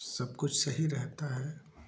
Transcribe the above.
सब कुछ सही रहता है